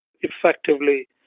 effectively